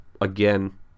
Again